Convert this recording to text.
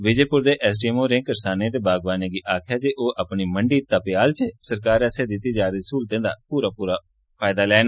विजयपुर दे एसडीएम होरें करसानें ते बागवानें गी आक्खेआ जे ओह् अपनी मंडी तपेयाल च सरकार आस्सेआ दित्ती जा'रदी सहूलतें दा फायदा ठोआन